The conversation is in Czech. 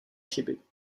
chyby